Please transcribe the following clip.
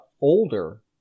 older